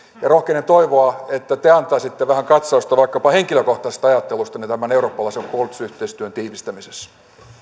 rohkenen toivoa että te antaisitte vähän katsausta vaikkapa henkilökohtaisesta ajattelustanne tämän eurooppalaisen puolustusyhteistyön tiivistämisessä